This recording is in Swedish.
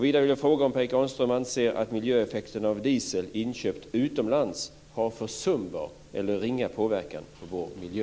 Vidare vill jag fråga om Per Erik Granström anser att miljöeffekten av diesel inköpt utomlands har försumbar eller ringa påverkan på vår miljö.